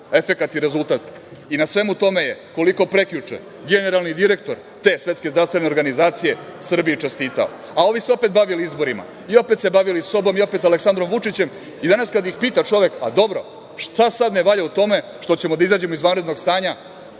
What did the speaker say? efekat i rezultat. I na svemu tome je, koliko prekjuče, generalni direktor te SZO Srbiji čestitao. A ovi se opet bavili izborima i opet se bavili sobom i opet Aleksandrom Vučićem.I danas kad ih pita čovek, a, dobro, šta sad ne valja u tome što ćemo da izađemo iz vanrednog stanja?